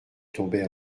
tombait